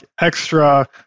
extra